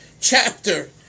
chapter